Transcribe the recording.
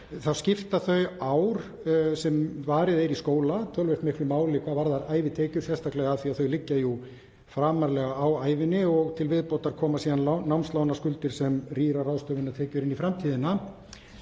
þá skipta þau ár sem varið er í skóla töluvert miklu máli hvað varðar ævitekjur, sérstaklega af því að þau liggja jú framarlega á ævinni og til viðbótar koma síðan námslánaskuldir sem rýra ráðstöfunartekjur inn í framtíðina.